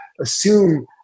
assume